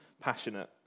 passionate